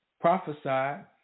prophesied